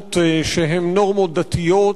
נורמות שהן נורמות דתיות.